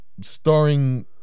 Starring